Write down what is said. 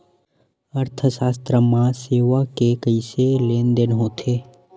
अर्थशास्त्र मा सेवा के कइसे लेनदेन होथे?